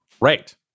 Right